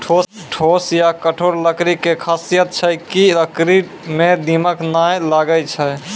ठोस या कठोर लकड़ी के खासियत छै कि है लकड़ी मॅ दीमक नाय लागैय छै